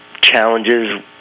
challenges